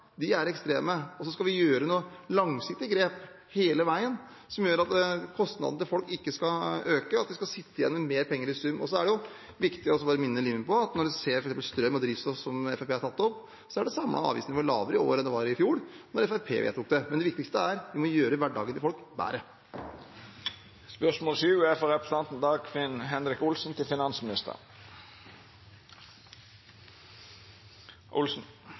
De er ekstreme. Vi skal gjøre noen langsiktige grep hele veien som gjør at kostnadene til folk ikke skal øke, og at de skal sitte igjen med mer penger i sum. Så er det viktig også bare å minne representanten Limi på at når man ser f.eks. strøm og drivstoff, som Fremskrittspartiet har tatt opp, er det samlede avgiftsnivået lavere i år enn det var i fjor, da Fremskrittspartiet vedtok det. Men det viktigste er at vi må gjøre hverdagen til folk bedre. «Aftenposten refererer 12. mars finansministeren slik: "Vedum går langt i å love at vanlige folk skal komme godt ut til